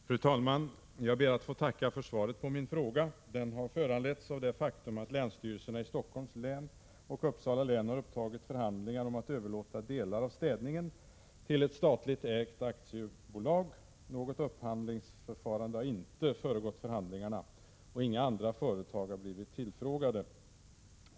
Fru talman! Jag ber att få tacka för svaret på min fråga. Den har föranletts av det faktum att länsstyrelserna i Stockholms län och Uppsala län har upptagit förhandlingar om att överlåta delar av städningen till ett statligt ägt aktiebolag. Något upphandlingsförfarande har inte föregått förhandlingarna, och inga andra företag har blivit tillfrågade.